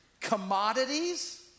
commodities